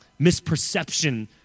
misperception